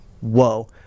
whoa